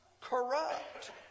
corrupt